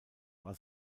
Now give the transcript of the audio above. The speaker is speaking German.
war